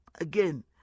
again